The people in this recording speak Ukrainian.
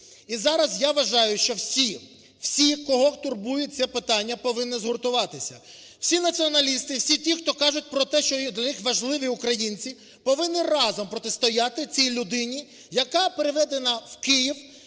І зараз я вважаю, що всі… всі, кого турбує це питання, повинні згуртуватися. Всі націоналісти, всі ті, хто кажуть про те, що для них важливі українці, повинні разом протистояти цій людині, яка переведена в Київ